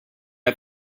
got